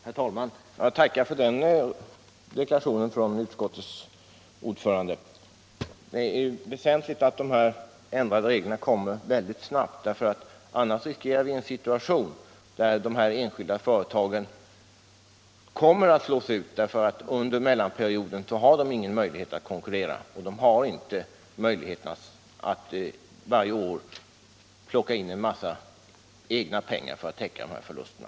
Herr talman! Jag tackar för deklarationen från utskottets ordförande. Det är väsentligt att vi får ändrade regler mycket snabbt. Annars riskerar vi en situation där de enskilda företagen kommer att slås ut. Under mellanperioden har de ingen möjlighet att konkurrera, och de har inte möjlighet att varje år plocka in en massa egna pengar för att täcka förlusterna.